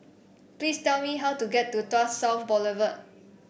please tell me how to get to Tuas South Boulevard